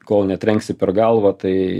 kol netrenksi per galvą tai